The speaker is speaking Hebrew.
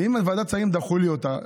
ואם ועדת השרים דחו לי אותה,